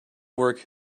work